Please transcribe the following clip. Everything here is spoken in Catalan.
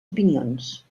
opinions